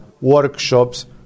workshops